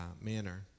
manner